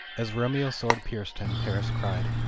as romeo's sword pierced him, paris cried,